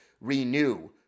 renew